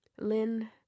Lynn